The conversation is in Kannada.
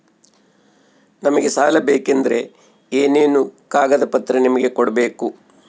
ನಮಗೆ ಸಾಲ ಬೇಕಂದ್ರೆ ಏನೇನು ಕಾಗದ ಪತ್ರ ನಿಮಗೆ ಕೊಡ್ಬೇಕು?